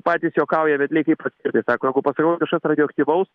patys juokauja vedliai kaip atskirti sako jeigu pasirodo kažkas radioaktyvaus